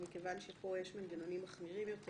אבל הוא סבר שמכיוון שפה יש מנגנונים מחמירים יותר